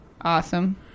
Awesome